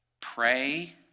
Pray